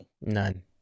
none